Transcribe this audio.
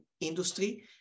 industry